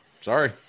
Sorry